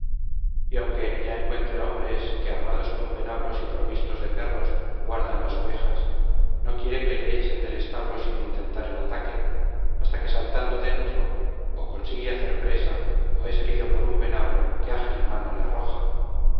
y aunque en ella encuentre hombres que armados con venablos y provistos de perros guardan las ovejas no quiere que le echen del establo sin intentar el ataque hasta que saltando dentro ó consigue hacer presa ó es herido por un venablo que ágil mano le arroja